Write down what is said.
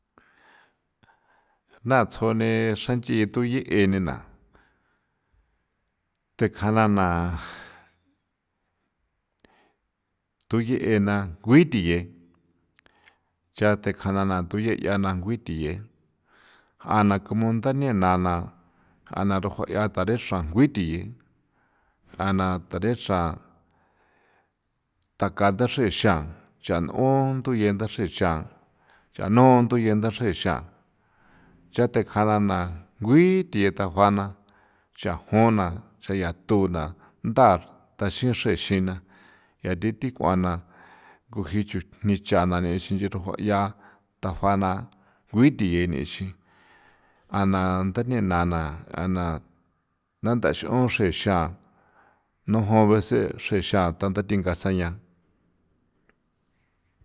Ntha tsjoni xranch'i thuye e nina thekjana na thuye' ena ngui thie cha tekjana na thuyena na ngui thie ja na como nda nena ja na rajuaya tarexra nguie thiye jana tarexa takatha taxera nchan'on nduye nda xexa chano nduye nda xexa cha tekjana na ngui thie tajuana cha'jona cha ya tuna ntha tha xin xrexena ya thi thi kuana ko jii chujni jinichana are ixin rujucha'a tajuana ngui thie ixin ja na tha nthaxra u xraxexa nu jon ve xexa tanda thinga sa'ña.